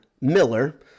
Miller